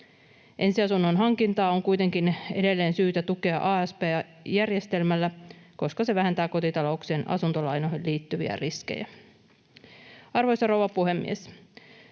Ensiasunnon hankintaa on kuitenkin edelleen syytä tukea asp-järjestelmällä, koska se vähentää kotitalouksien asuntolainoihin liittyviä riskejä. Arvoisa rouva puhemies!